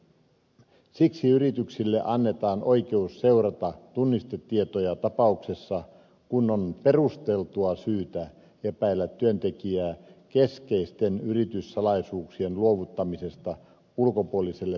siksi yrityksille annetaan oikeus seurata tunnistetietoja sellaisessa tapauksessa kun on perusteltua syytä epäillä työntekijää keskeisten yrityssalaisuuksien luovuttamisesta ulkopuoliselle taholle